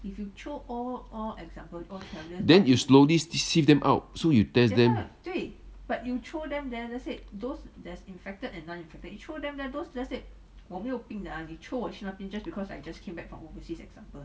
then you slowly sieve them out so you test them